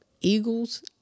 Eagles